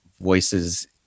voices